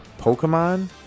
Pokemon